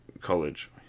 college